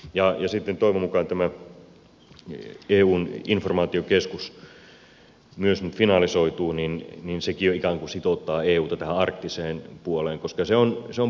toivon mukaan myös tämä eun informaatiokeskus nyt finalisoituu niin että sekin jo ikään kuin sitouttaa euta tähän arktiseen puoleen koska se on poliittisesti kiinnostava